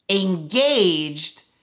engaged